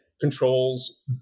controls